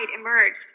emerged